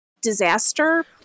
disaster